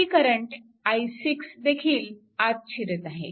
आणि आणखी current i6 देखील आत शिरत आहे